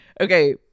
Okay